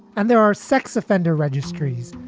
and there are sex offender registries,